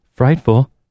Frightful